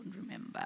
remember